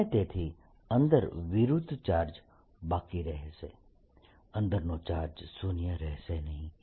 અને તેથી અંદર વિરુદ્ધ ચાર્જ બાકી રહેશે અંદરનો ચાર્જ શૂન્ય રહેશે નહીં